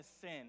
sin